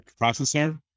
processor